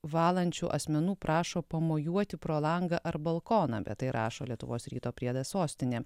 valančių asmenų prašo pamojuoti pro langą ar balkoną apie tai rašo lietuvos ryto priedas sostinė